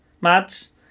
Mads